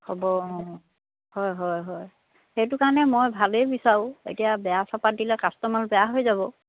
হ'ব অঁ হয় হয় হয় সেইটো কাৰণে মই ভালেই বিচাৰোঁ এতিয়া বেয়া চাহপাত দিলে কাষ্টমাৰ বেয়া হৈ যাব